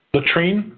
Latrine